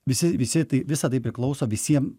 visi visi tai visa tai priklauso visiem